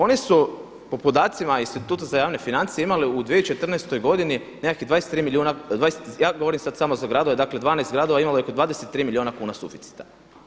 Oni su po podacima Instituta za javne financije imali u 2014. godini nekakvih 23 milijuna, ja govorim sada samo za gradove, dakle 12 gradova imalo je oko 23 milijuna kuna suficita.